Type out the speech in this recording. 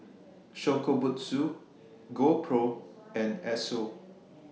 Shokubutsu GoPro and Esso